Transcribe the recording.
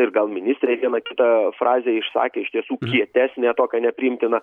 ir gal ministrė vieną kitą frazę išsakė iš tiesų kietesnę tokią nepriimtiną